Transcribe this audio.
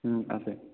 আছে